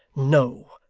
no!